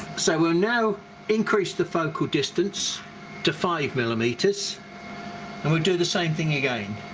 so we'll now increase the focal distance to five millimeters and we'll do the same thing again.